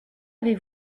avez